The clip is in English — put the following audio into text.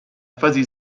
fuzzy